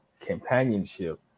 companionship